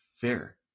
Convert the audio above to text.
fair